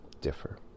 differ